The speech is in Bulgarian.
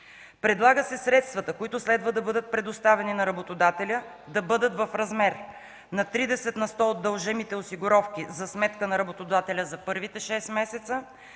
Предлага се средствата, които следва да бъдат предоставени на работодателя, да бъдат в размер на 30 на сто от дължимите осигуровки за сметка на работодателя за първите 6 месеца,